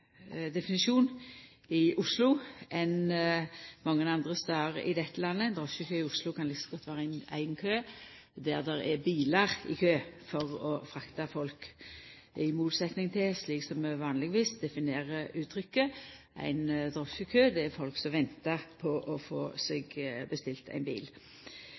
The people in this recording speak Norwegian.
definisjon i Oslo enn mange andre stader i dette landet. Ein drosjekø i Oslo kan like så godt vera ein kø der det er bilar i kø for å frakta folk, i motsetnad til slik som ein vanlegvis definerer uttrykket: Ein drosjekø er folk som ventar på å få bestilt seg ein bil.